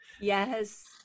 Yes